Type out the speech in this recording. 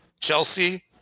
Chelsea